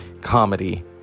comedy